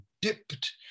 dipped